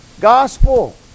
gospel